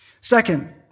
Second